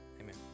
Amen